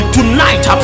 Tonight